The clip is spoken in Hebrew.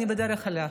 אני בדרך אלייך.